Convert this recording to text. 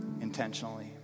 intentionally